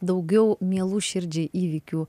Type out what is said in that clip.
daugiau mielų širdžiai įvykių